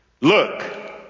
Look